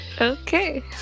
Okay